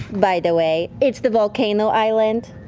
by the way. it's the volcano island.